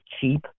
cheap